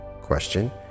Question